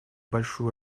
большую